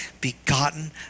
begotten